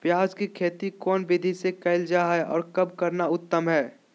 प्याज के खेती कौन विधि से कैल जा है, और कब करना उत्तम है?